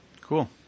Cool